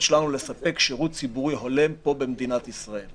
שלנו לספק שירות ציבורי הולם פה במדינת ישראל.